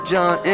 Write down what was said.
John